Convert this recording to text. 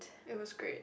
it was great